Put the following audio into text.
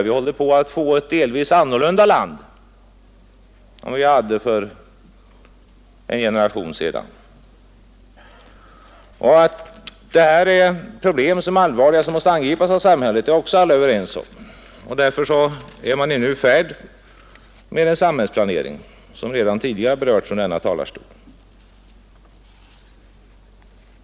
Vi håller på att få ett delvis annorlunda land än vi hade för en generation sedan. Att detta är allvarliga problem som måste angripas av samhället är också alla överens om. Därför är man nu i färd med en samhällsplanering, som redan tidigare berörts från denna talarstol.